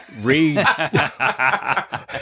Read